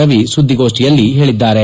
ರವಿ ಸುದ್ದಿಗೋಷ್ಠಿಯಲ್ಲಿ ಹೇಳಿದರು